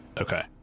Okay